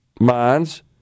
minds